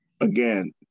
again